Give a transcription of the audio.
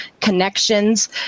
connections